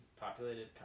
populated